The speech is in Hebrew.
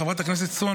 חברת הכנסת סון,